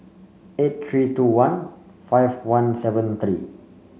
eight three two one five one seven three